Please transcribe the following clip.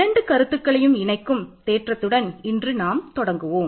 இரண்டு கருத்துக்களையும் இணைக்கும் தேற்றத்துடன் இன்று நாம் தொடங்குவோம்